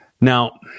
Now